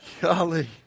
Golly